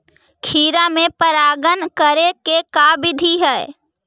खिरा मे परागण करे के का बिधि है?